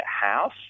house